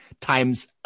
times